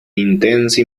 intensa